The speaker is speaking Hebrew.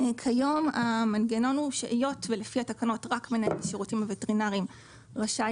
כיום היות ולפי התקנות רק מנהל השירותים הווטרינריים רשאי